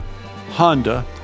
Honda